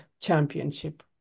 Championship